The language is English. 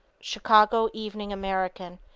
chicago evening american,